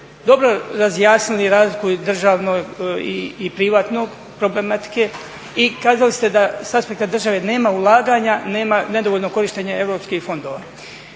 dobro razjasnili razliku i državnog i privatnog problematike i kazali ste da s aspekta države nema ulaganja, nedovoljno korištenje europskih fondova.